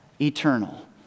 eternal